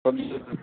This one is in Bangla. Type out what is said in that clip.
সবজি বাজার